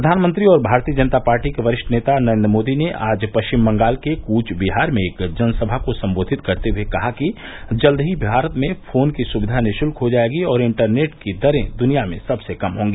प्र्यानमंत्री और भारतीय जनता पार्टी के वरिष्ठ नेता नरेन्द्र मोदी ने आज पश्चिम बंगाल के कूचबिहार में एक जनसभा को संबोधित करते हुए कहा कि जल्द ही भारत में फोन की सुविधा निशुल्क हो जायेगी और इंटरनेट की दरें दुनिया में सबसे कम होगी